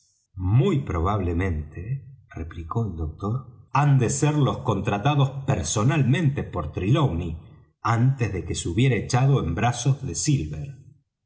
muy probablemente replicó el doctor han de ser los contratados personalmente por trelawney antes de que se hubiera echado en brazos de silver